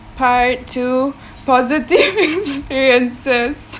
part two positive experiences